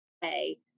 hey